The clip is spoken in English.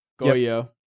Goyo